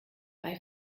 bei